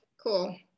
cool